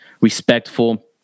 respectful